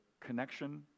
connection